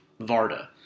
Varda